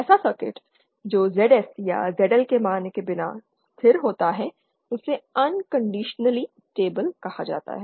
ऐसा सर्किट जो ZS या ZL के मान के बिना स्थिर होता है उसे अनकंडिशनली स्टेबल कहा जाता है